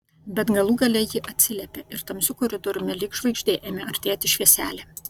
bet galų gale ji atsiliepė ir tamsiu koridoriumi lyg žvaigždė ėmė artėti švieselė